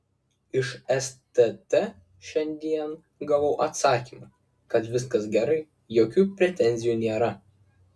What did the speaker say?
iš stt šiandien gavau atsakymą kad viskas gerai jokių pretenzijų nėra